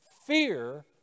fear